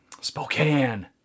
Spokane